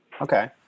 Okay